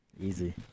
Easy